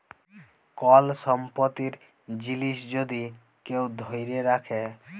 call সম্পত্তির জিলিস যদি কেউ ধ্যইরে রাখে